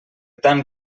tant